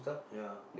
ya